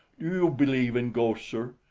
do you believe in ghosts, sir?